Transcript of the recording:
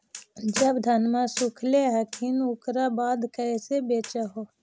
जब धनमा सुख ले हखिन उकर बाद कैसे बेच हो?